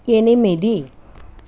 ఎనిమిది